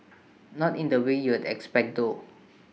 not in the way you'd expect though